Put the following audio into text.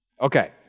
Okay